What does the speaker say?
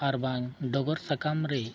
ᱟᱨ ᱵᱟᱝ ᱰᱚᱜᱚᱨ ᱥᱟᱠᱟᱢ ᱨᱮ